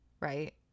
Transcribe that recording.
right